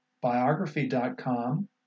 Biography.com